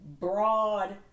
broad